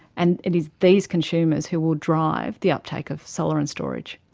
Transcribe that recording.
and it is these consumers who will drive the uptake of solar and storage.